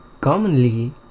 commonly